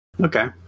Okay